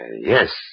yes